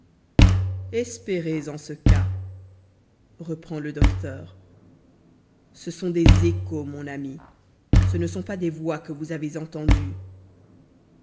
espérez en ce cas reprend le docteur ce sont des échos mon ami ce ne sont pas des voix que vous avez entendues